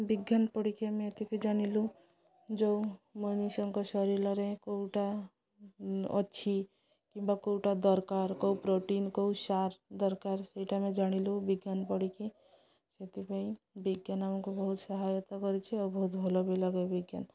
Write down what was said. ବିଜ୍ଞାନ ପଢ଼ିକି ଆମେ ଏତିକି ଜାଣିଲୁ ଯେଉଁ ମଣିଷଙ୍କ ଶରୀରରେ କେଉଁଟା ଅଛି କିମ୍ବା କେଉଁଟା ଦରକାର କେଉଁ ପ୍ରୋଟିନ କେଉଁ ସାର୍ ଦରକାର ସେଇଟା ଆମେ ଜାଣିଲୁ ବିଜ୍ଞାନ ପଢ଼ିକି ସେଥିପାଇଁ ବିଜ୍ଞାନ ଆମକୁ ବହୁତ ସହାୟତା କରିଛି ଆଉ ବହୁତ ଭଲ ବି ଲାଗେ ବିଜ୍ଞାନ